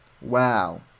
Wow